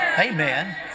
amen